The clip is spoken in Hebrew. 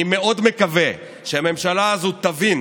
אני מאוד מקווה שהממשלה הזו תבין